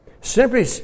Simply